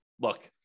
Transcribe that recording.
look